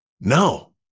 No